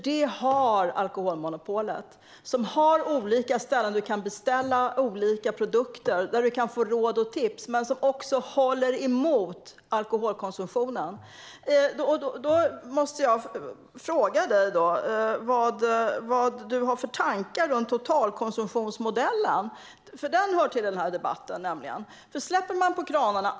Det har alkoholmonopolet i dag med sina olika ställen där vi kan beställa produkter och få råd och tips samtidigt som det håller emot alkoholkonsumtionen. Vad har du för tankar om totalkonsumtionsmodellen, Sten? Det hör nämligen till denna debatt.